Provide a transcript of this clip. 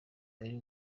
ari